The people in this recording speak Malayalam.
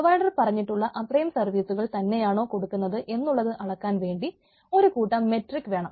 പ്രൊവൈഡർ പറഞ്ഞിട്ടുള്ള അത്രയും സർവ്വീസുകൾ വേണം